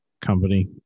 company